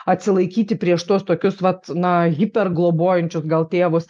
atsilaikyti prieš tuos tokius vat na hiper globojančius gal tėvus